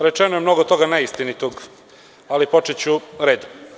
Rečeno je mnogo toga neistinitog, ali počeću redom.